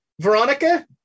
Veronica